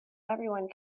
everyone